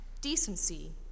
decency